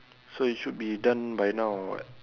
so it should be done by now [what]